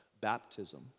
baptism